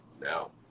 now